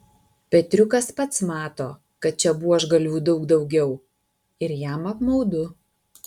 petriukas pats mato kad čia buožgalvių daug daugiau ir jam apmaudu